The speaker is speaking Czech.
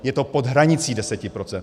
Je to pod hranicí 10 %.